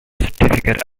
certificate